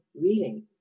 reading